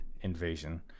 Invasion